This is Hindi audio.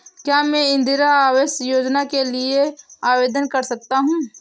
क्या मैं इंदिरा आवास योजना के लिए आवेदन कर सकता हूँ?